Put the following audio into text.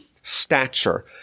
stature